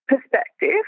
perspective